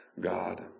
God